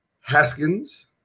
Haskins